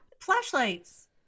flashlights